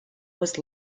was